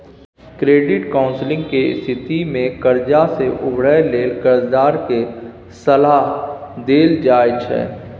credit counselling के स्थिति में कर्जा से उबरय लेल कर्जदार के सलाह देल जाइ छइ